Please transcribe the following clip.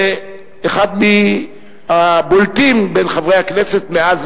מאחד מהבולטים בין חברי הכנסת מאז